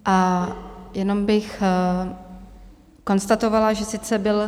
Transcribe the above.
A jenom bych konstatovala, že sice byl...